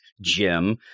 Jim